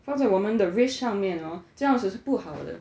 放在我们的 wrist 上面 hor 这样子是不好的